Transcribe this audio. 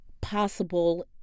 possible